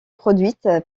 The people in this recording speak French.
produite